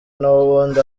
nahubundi